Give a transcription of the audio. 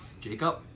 Jacob